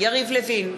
יריב לוין,